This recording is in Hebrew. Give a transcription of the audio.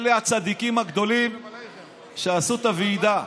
אלה הצדיקים הגדולים שעשו את הוועידה,